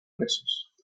presos